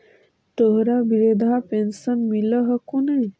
तोहरा वृद्धा पेंशन मिलहको ने?